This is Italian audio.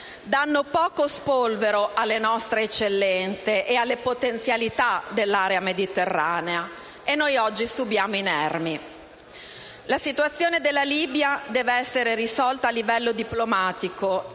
danno poco spolvero alle nostre eccellenze e alle potenzialità della area mediterranea. E noi oggi subiamo inermi. La situazione della Libia deve essere risolta a livello diplomatico